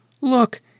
Look